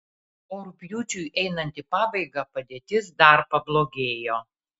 o rugpjūčiui einant į pabaigą padėtis dar pablogėjo